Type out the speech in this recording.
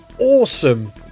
awesome